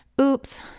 Oops